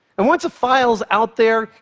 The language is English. and once a file is out there,